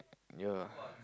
ya